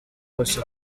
bose